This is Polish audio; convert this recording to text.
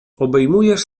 obejmujesz